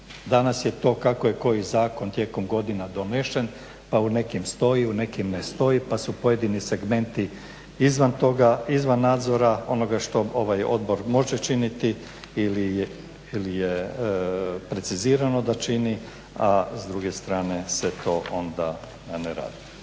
Danas je to kako je koji zakon tijekom godina donesen pa u nekim stoji u nekim ne stoji pa su pojedini segmenti izvan toga izvan nadzora onoga što ovaj odbor može činiti ili je precizirano da čini, a s druge strane se to onda ne radi.